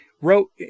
wrote